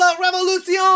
revolution